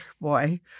boy